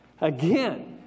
Again